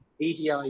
EDI